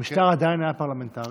המשטר עדיין היה פרלמנטרי,